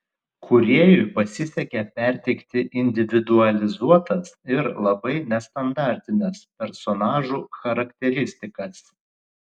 kūrėjui pasisekė perteikti individualizuotas ir labai nestandartines personažų charakteristikas